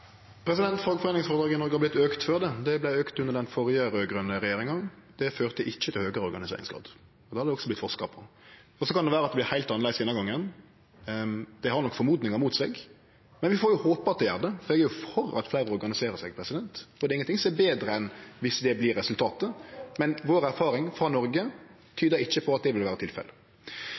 i Noreg har vorte auka før. Det vart auka under den førre raud-grøne regjeringa. Det førte ikkje til høgare organiseringsgrad. Det har det også vorte forska på. Så kan det vere at det vert heilt annleis denne gongen. Det har nok sannsynet mot seg, men vi får jo håpe at det gjer det. Eg er for at fleire organiserer seg. Det er ingenting som er betre enn om det vert resultatet. Men vår erfaring, frå Noreg, tyder ikkje på at det vil vere